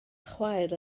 chwaer